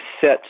set